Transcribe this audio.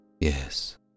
Yes